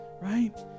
right